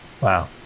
Wow